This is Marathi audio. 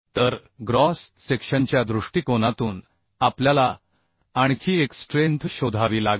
तर ग्रॉस सेक्शनच्या दृष्टिकोनातून आपल्याला आणखी एक स्ट्रेंथ शोधावी लागेल